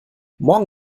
morgen